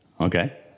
Okay